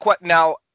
now